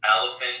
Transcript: elephant